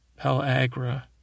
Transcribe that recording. Pellagra